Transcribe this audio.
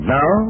now